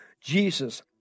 Jesus